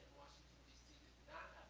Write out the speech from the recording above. dc did not